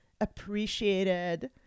appreciated